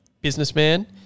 businessman